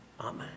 Amen